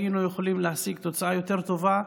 היינו יכולים להשיג תוצאה יותר טובה.